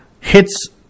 Hits